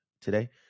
today